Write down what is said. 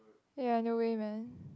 ya no way man